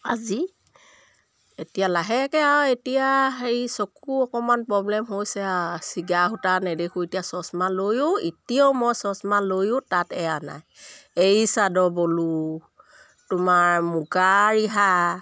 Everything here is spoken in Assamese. আজি এতিয়া লাহেকৈ আৰু এতিয়া হেৰি চকু অকণমান প্ৰব্লেম হৈছে আৰু চিগা সূতা নেদেখো এতিয়া চচমা লৈও এতিয়াও মই চচমা লৈও তাত এয়া নাই এৰী চাদৰ বলো তোমাৰ মুগা ৰিহা